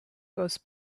goes